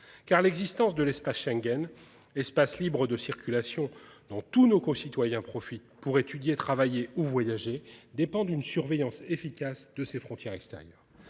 car l'existence de l'espace Schengen. Espace libre de circulation dans tous nos concitoyens profit pour étudier travailler ou voyager dépend d'une surveillance efficace de ses frontières extérieures.